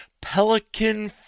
pelican